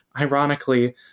ironically